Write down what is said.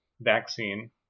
vaccine